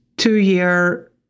two-year